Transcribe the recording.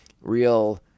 real